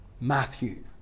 Matthew